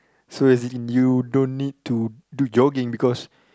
so as in you don't need to do jogging because